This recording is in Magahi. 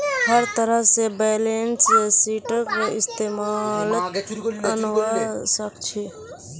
हर तरह से बैलेंस शीटक इस्तेमालत अनवा सक छी